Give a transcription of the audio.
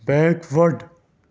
backward